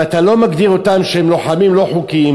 אם אתה לא מגדיר אותם שהם לוחמים לא חוקיים,